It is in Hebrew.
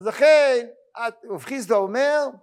ולכן רב חיסדא אומר